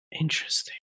Interesting